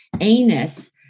anus